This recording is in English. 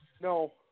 No